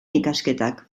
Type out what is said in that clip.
ikasketak